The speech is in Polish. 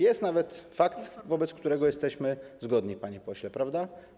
Jest nawet fakt, wobec którego jesteśmy zgodni, panie pośle, prawda?